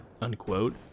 Unquote